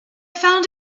found